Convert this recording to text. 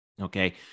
Okay